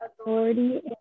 authority